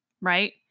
right